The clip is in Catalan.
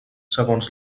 segons